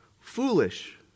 foolish